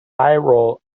viral